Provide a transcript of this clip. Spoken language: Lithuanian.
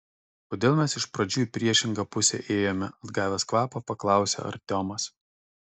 kodėl mes iš pradžių į priešingą pusę ėjome atgavęs kvapą paklausė artiomas